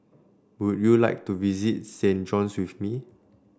would you like to visit Saint John's with me